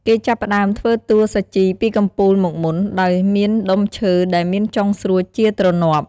គេចាប់ផ្តើមធ្វើតួសាជីពីកំពូលមកមុន ដោយមានដុំឈើដែលមានចុងស្រួចជាទ្រនាប់។